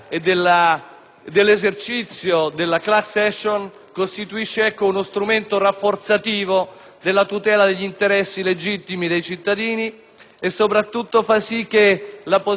dell'esercizio della *class action* costituisce uno strumento rafforzativo della tutela degli interessi legittimi dei cittadini e soprattutto fa sì che la posizione